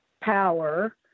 power